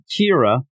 Kira